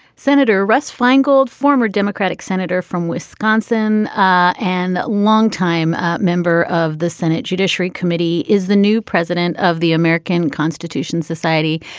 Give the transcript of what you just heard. senator russ feingold, former democratic senator from wisconsin ah and longtime member of the senate judiciary committee, is the new president of the american constitution society.